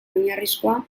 oinarrizkoa